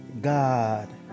God